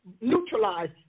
neutralize